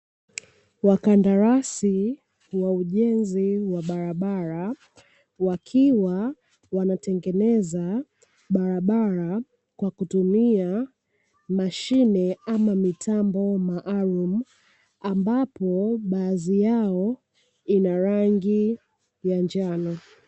Wakandarasi wa ujenzi wa barabara wakiwa wanatengeneza barabara, kwa kutumia mashine ama mitambo maalumu, ambapo baadhi yao ina rangi ya njano.